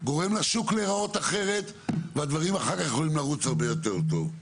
גורם לשוק להיראות אחרת והדברים אחר כך יכולים לרוץ הרבה יותר טוב.